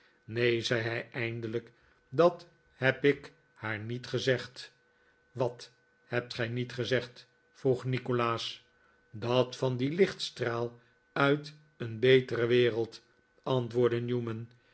neen zei hij eindelijk dat heb ik haar niet gezegd wat hebt gij niet gezegd vroeg nikolaas dat van dien lichtstraal uit een betere wereld antwoordde newman